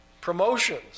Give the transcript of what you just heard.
promotions